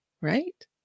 right